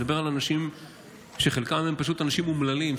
אני מדבר על אנשים שחלקם פשוט אומללים,